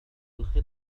الخطة